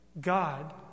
God